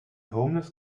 homeless